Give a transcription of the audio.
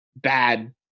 bad